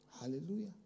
Hallelujah